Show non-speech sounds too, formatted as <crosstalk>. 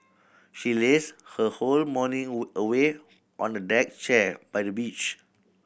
she lazed her whole morning <unintelligible> away on a deck chair by the beach